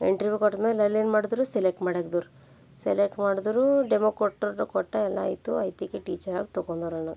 interview ಕೊಟ್ಮೇಲೆ ಅಲ್ಲೇನು ಮಾಡಿದ್ರು ಸೆಲೆಕ್ಟ್ ಮಾಡಾಕ್ದ್ರು ಸೆಲೆಕ್ಟ್ ಮಾಡಿದ್ರು ಡೆಮೋ ಕೊಟ್ರು ಕೊಟ್ಟೆ ಎಲ್ಲ ಆಯಿತು ಆಯ್ತೀಗ ಟೀಚರಾಗಿ ತಕೊಂದವ್ರು ನನ್ನ